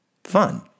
Fun